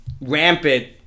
rampant